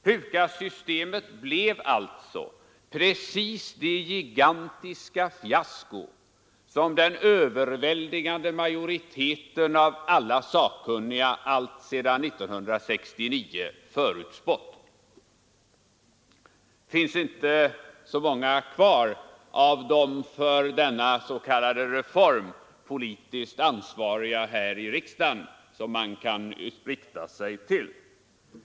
PUKAS-systemet blev alltså precis det gigantiska fiasko som den överväldigande majoriteten av alla sakkunniga alltsedan 1969 förutspått! Det finns inte så många kvar av de för denna s.k. reform politiskt ansvariga här i riksdagen som man kan rikta sig till.